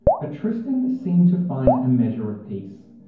but tristan seemed to find a measure of peace.